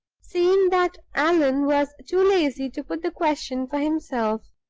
seeing that allan was too lazy to put the question for himself.